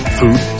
food